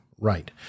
right